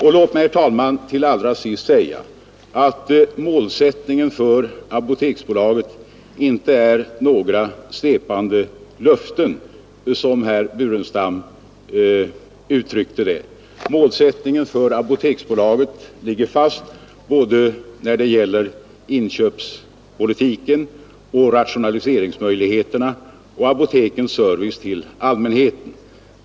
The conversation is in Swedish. Och låt mig, herr talman, till allra sist säga att målsättningen för Apoteksbolaget inte är några svepande löften, som herr Burenstam Linder uttryckte det. Målsättningen för Apoteksbolaget ligger fast när det gäller såväl inköpspolitiken och rationaliseringsmöjligheterna som apotekens service till allmänheten.